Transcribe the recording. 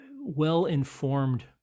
well-informed